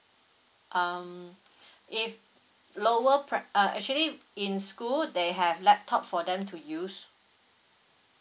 um if lower pri~ uh actually in school they have laptop for them to use